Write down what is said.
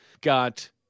got